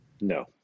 No